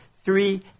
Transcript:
three